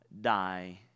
die